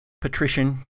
patrician